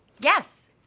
Yes